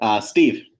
Steve